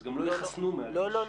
אז גם לא יחסנו מעל גיל 65. לא, לא.